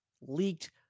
leaked